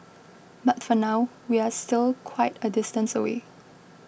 but for now we're still quite a distance away